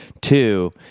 Two